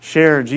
Share